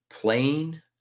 Plain